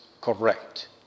correct